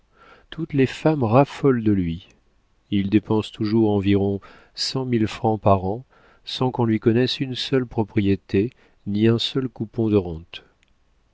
toutes les femmes raffolent de lui il dépense toujours environ cent mille francs par an sans qu'on lui connaisse une seule propriété ni un seul coupon de rente